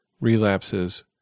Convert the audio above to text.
relapses